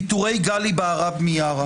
פיטורי גלי בהרב מיארה.